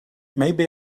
maybe